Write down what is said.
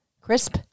crisp